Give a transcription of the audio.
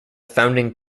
founding